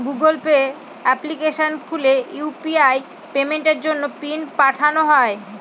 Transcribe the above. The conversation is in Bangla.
গুগল পে অ্যাপ্লিকেশন খুলে ইউ.পি.আই পেমেন্টের জন্য পিন পাল্টানো যাই